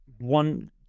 one